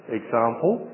example